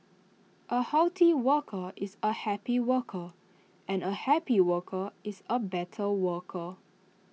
A healthy worker is A happy worker and A happy worker is A better worker